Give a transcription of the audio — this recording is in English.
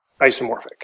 isomorphic